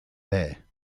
there